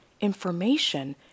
information